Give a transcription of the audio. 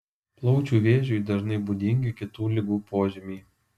plaučių vėžiui dažnai būdingi kitų ligų požymiai